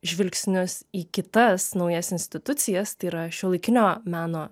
žvilgsnius į kitas naujas institucijas tai yra šiuolaikinio meno